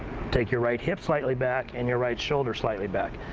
take your right hip slightly back, and your right shoulder slightly back.